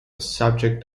subject